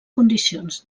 condicions